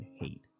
hate